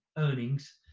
earnings.